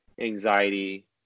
anxiety